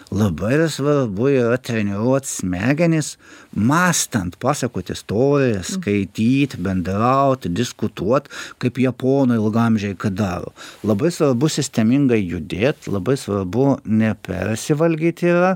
labai svarbu yra treniruot smegenis mąstant pasakot istorijas skaityti bendrauti diskutuot kaip japonų ilgaamžiai kada labai svarbu sistemingai judėt labai svarbu nepersivalgyt yra